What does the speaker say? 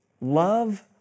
love